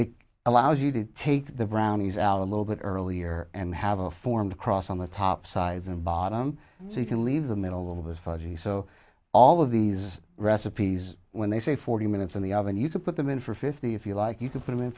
it allows you to take the brownies out a little bit earlier and have a formed cross on the top sides and bottom so you can leave the middle of the fudgy so all of these recipes when they say forty minutes in the oven you can put them in for fifty if you like you can put